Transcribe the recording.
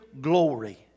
glory